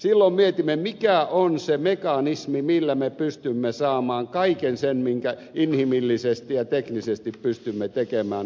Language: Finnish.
silloin mietimme mikä on se mekanismi millä me pystymme saamaan kaiken sen aikaiseksi minkä inhimillisesti ja teknisesti pystymme tekemään